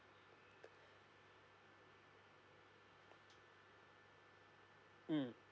mm